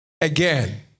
Again